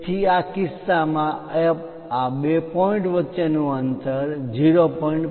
તેથી આ કિસ્સામાં આ બે પોઇન્ટ વચ્ચેનું અંતર 0